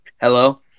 hello